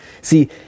See